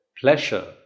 pleasure